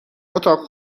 اتاق